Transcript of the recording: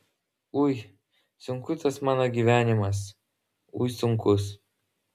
ui sunkus tas mano gyvenimas ui sunkus